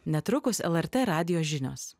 netrukus lrt radijo žinios